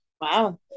Wow